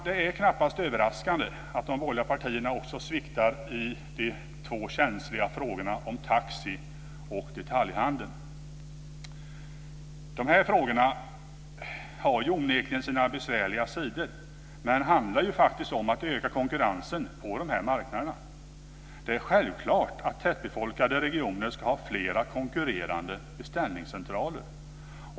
Det är knappast överraskande att de borgerliga partierna också sviktar i de två känsliga frågorna om taxi och detaljhandeln. De här frågorna har onekligen sina besvärliga sidor. Men det handlar faktiskt om att öka konkurrensen på de här marknaderna. Det är självklart att tätbefolkade regioner ska ha fler konkurrerande beställningscentraler.